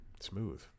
smooth